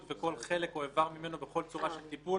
וכל חלק או אבר ממנו בכל צורה של טיפול